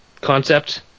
concept